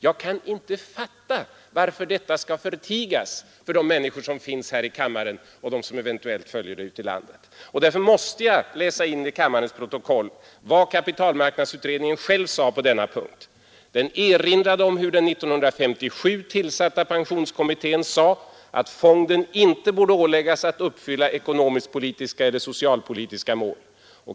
Jag kan inte fatta, varför detta skall förtigas för de människor som finns här i kammaren och för dem som eventuellt följer frågan ute i landet. Därför måste jag läsa in till kammarens protokoll vad kapitalmarknadsutredningen själv sade på denna punkt. Den erinrade om att den 1957 tillsatta pensionskommittén sade att fonden inte borde åläggas att uppfylla ekonomisk-politiska eller socialpolitiska mål.